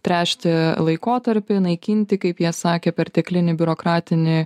tręšti laikotarpį naikinti kaip jie sakė perteklinį biurokratinį